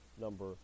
number